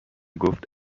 گفت